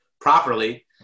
properly